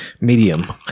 medium